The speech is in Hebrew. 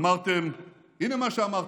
אמרתם, הינה מה שאמרתם: